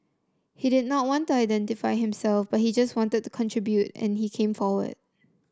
he did not want to identify himself but he just wanted to contribute and he came forward